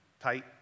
tight